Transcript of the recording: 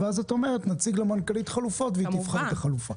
ואז את אומרת: נציג למנכ"לית חלופות והיא תבחר את החלופה.